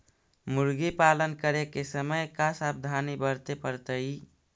मुर्गी पालन करे के समय का सावधानी वर्तें पड़तई?